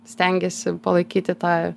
stengiesi palaikyti tą